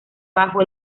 bajo